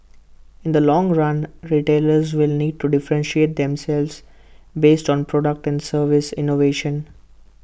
in the long run retailers will need to differentiate themselves based on product and service innovation